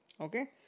Okay